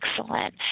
excellent